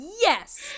Yes